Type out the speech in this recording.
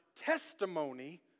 testimony